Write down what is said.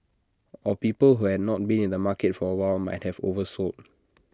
or people who had not been in the market for A while might have oversold